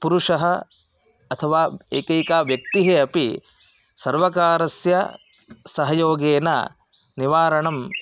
पुरुषः एकैका व्यक्तिः अपि सर्वकारस्य सहयोगेन निवारणम्